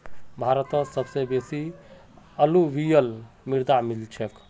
भारतत सबस बेसी अलूवियल मृदा मिल छेक